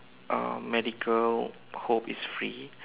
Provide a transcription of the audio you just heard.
um medical hope it's free